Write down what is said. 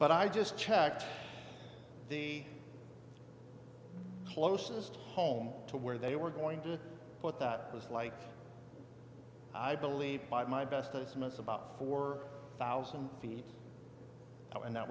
but i just checked the closest home to where they were going to but that was like i believe by my bestest most about four thousand feet and that